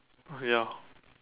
okay ya